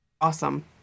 Awesome